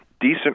decent